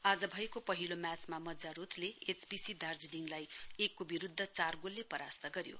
आज भएको पहिलो म्याचमा मज्जारोथले एचपीसी दार्जीलिङलाई एकको विरुद्ध चार गोलले परास्त गऱ्यो